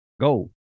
go